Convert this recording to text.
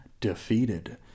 defeated